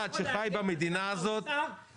שחי במדינה הזאת ------ משרד האוצר,